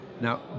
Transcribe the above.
Now